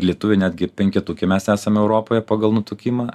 lietuviai netgi penketuke mes esame europoje pagal nutukimą